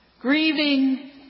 grieving